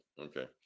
Okay